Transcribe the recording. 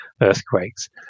earthquakes